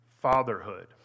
fatherhood